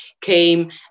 came